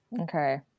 Okay